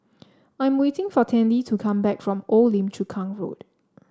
I am waiting for Tandy to come back from Old Lim Chu Kang Road